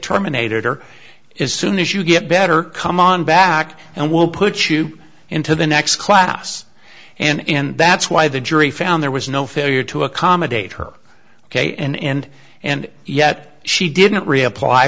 terminated or is soon as you get better come on back and we'll put you into the next class and that's why the jury found there was no failure to accommodate her ok and and yet she didn't reapply